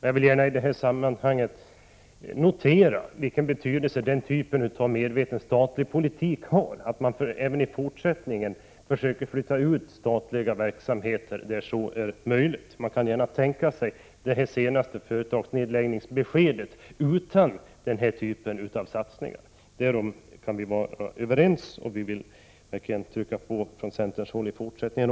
Jag vill i det här sammanhanget gärna notera vilken betydelse den typen av medveten statlig politik har, så att man även i fortsättningen försöker flytta ut statliga verksamheter där så är möjligt. Man kan ju tänka sig hur det senaste företagsnedläggningsbeskedet hade verkat utan den här typen av satsningar. Därom kan vi alltså vara överens, och från centerns håll vill vi gärna trycka på även i fortsättningen.